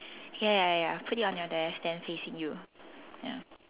ya ya ya put it on your desk then facing you ya